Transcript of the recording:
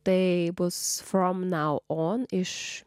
tai bus from nau on